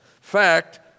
fact